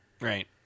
Right